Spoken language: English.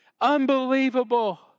Unbelievable